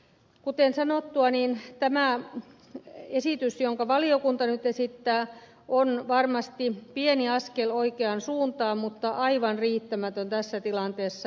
kuten sanottua tämä esitys jonka valiokunta nyt esittää on varmasti pieni askel oikeaan suuntaan mutta aivan riittämätön tässä tilanteessa